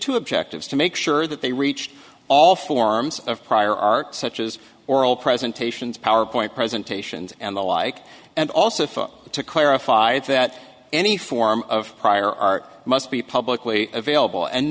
two objectives to make sure that they reached all forms of prior art such as oral presentations powerpoint presentations and the like and also phone to clarify that any form of prior art must be publicly available and